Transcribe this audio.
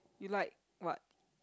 you like what